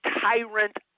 tyrant